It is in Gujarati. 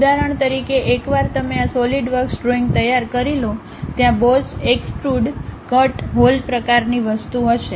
ઉદાહરણ તરીકે એકવાર તમે આ સોલિડવક્સ ડ્રોઇંગ તૈયાર કરી લો ત્યાં બોસ એક્સ્ટ્રુડ કટ હોલ પ્રકારની વસ્તુ હશે